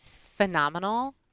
phenomenal